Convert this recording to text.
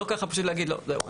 שלא ככה פשוט להגיד לו 'זהו,